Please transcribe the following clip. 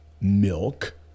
milk